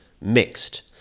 mixed